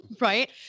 Right